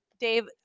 Dave